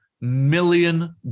million